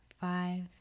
five